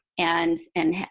and, and